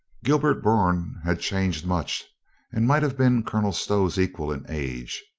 gilbert bourne had changed much and might have been colonel stow's equal in age.